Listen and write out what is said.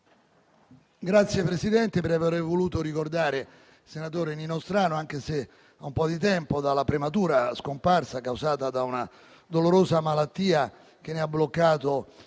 grazie per aver voluto ricordare il senatore Nino Strano, anche se dopo un po' di tempo dalla prematura scomparsa, causata da una dolorosa malattia che ne ha bloccato